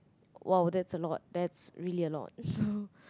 !wow! that's a lot that's really a lot so